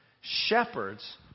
shepherds